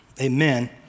amen